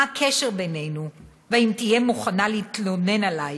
מה הקשר בינינו ואם תהיה מוכנה להתלונן עלי.